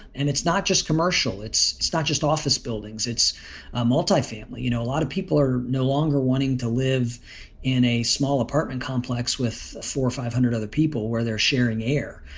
and it's not just commercial. it's it's not just office buildings. it's a multifamily. you know, a lot of people are no longer wanting to live in a small apartment complex with four or five hundred other people where they're sharing air.